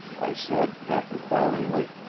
i said half-inquiringly.